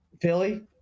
Philly